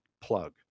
plug